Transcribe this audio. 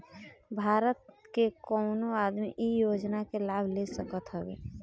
भारत के कवनो आदमी इ योजना के लाभ ले सकत हवे